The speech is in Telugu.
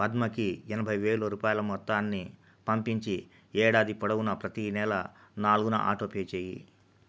పద్మకి ఎనబైవేల రూపాయల మొత్తాన్ని పంపించి ఏడాది పొడవునా ప్రతీ నెల నాలుగున ఆటోపే చేయి